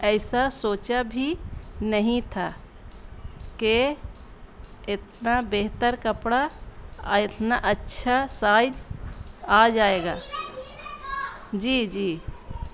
ایسا سوچا بھی نہیں تھا کہ اتنا بہتر کپڑا اور اتنا اچھا سائج آ جائے گا جی جی